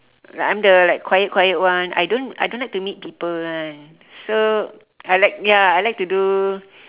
like I'm the like quiet quiet one I don't I don't like to meet people [one] so I like ya I like to do